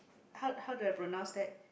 how how do I pronounce that